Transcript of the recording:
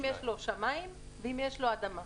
אם יש לו שמים ואם יש לו אדמה.